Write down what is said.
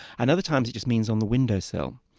and other times it just means on the windowsill.